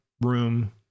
room